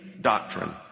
doctrine